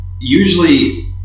Usually